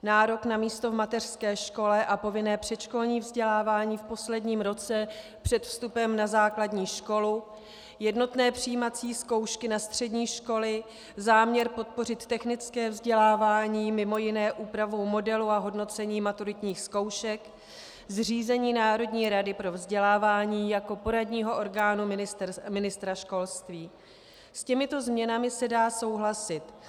Nárok na místo v mateřské škole a povinné předškolní vzdělávání v posledním roce před vstupem na základní školu, jednotné přijímací zkoušky na střední školy, záměr podpořit technické vzdělávání mj. úpravou modelu a hodnocení maturitních zkoušek, zřízení Národní rady pro vzdělávání jako poradního orgánu ministra školství s těmito změnami se dá souhlasit.